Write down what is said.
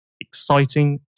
Exciting